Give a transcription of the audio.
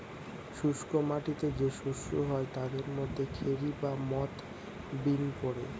শুস্ক মাটিতে যে শস্য হয় তাদের মধ্যে খেরি বা মথ, বিন পড়ে